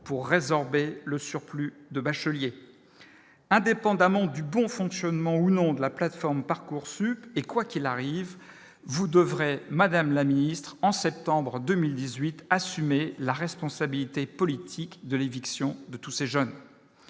pour résorber le surplus de bacheliers indépendamment du bon fonctionnement ou non de la plateforme Parcoursup et quoi qu'il arrive, vous devrez, Madame la Ministre, en septembre 2018, assumer la responsabilité politique de l'éviction de tous ces jeunes,